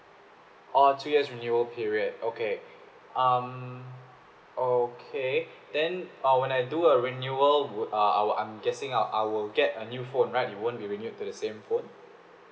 orh two years renewal period okay um okay then uh when I do a renewal would uh I will I'm guessing I'll I will get a new phone right it won't be renewed to the same phone